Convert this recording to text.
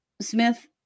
Smith